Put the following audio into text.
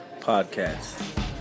Podcast